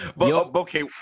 Okay